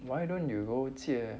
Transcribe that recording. why don't you go 借